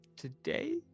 Today